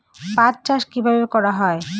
পাট চাষ কীভাবে করা হয়?